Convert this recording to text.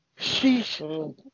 Sheesh